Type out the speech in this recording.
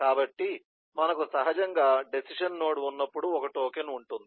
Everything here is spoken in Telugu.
కాబట్టి మనకు సహజంగా డెసిషన్ నోడ్ ఉన్నప్పుడు ఒక టోకెన్ ఉంటుంది